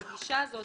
הגישה הזאת